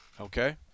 Okay